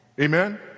Amen